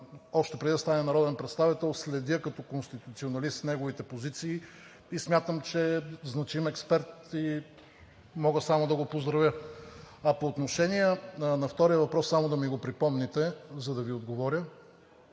още преди да стане народен представител, следя като конституционалист неговите позиции и смятам, че е значим експерт и мога само да го поздравя. А по отношение на втория въпрос – само да ми го припомните, за да Ви отговоря.